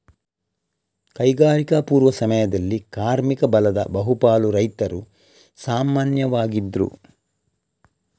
ಕೈಗಾರಿಕಾ ಪೂರ್ವ ಸಮಯದಲ್ಲಿ ಕಾರ್ಮಿಕ ಬಲದ ಬಹು ಪಾಲು ರೈತರು ಸಾಮಾನ್ಯವಾಗಿದ್ರು